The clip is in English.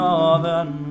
Northern